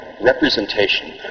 representation